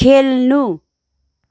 खेल्नु